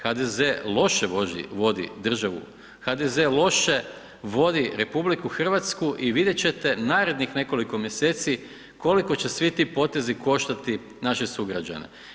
HDZ loše vodi državu, HDZ loše vodi RH i vidjet ćete narednih nekoliko mjeseci koliko će svi ti potezi koštati naše sugrađane.